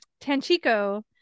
Tanchico